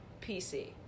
PC